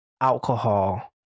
alcohol